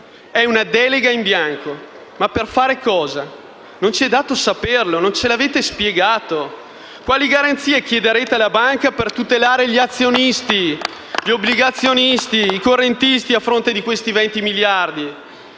è una delega in bianco. Ma per fare cosa? Non ci è dato saperlo, non lo avete spiegato. Quali garanzie chiederete alla banca per tutelare gli azionisti, gli obbligazionisti, i correntisti, a fronte di questi 20 miliardi?